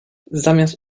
zamiast